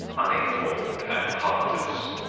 uninformed and heartless.